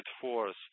force